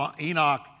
Enoch